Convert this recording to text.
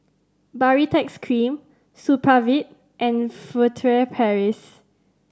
Baritex Cream Supravit and Furtere Paris